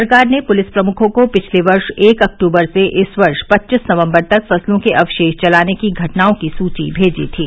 सरकार ने पुलिस प्रमुखों को पिछले वर्ष एक अक्टूबर से इस वर्ष पच्चीस नवम्बर तक फसलों के अवशेष जलाने की घटनाओं की सूची भेजी थी